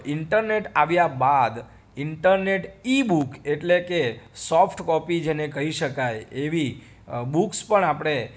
internet આવ્યા બાદ internet ebook એટલે કે સોફ્ટ કોપી જેને કહી શકાય એવી બુક્સ પણ આપણે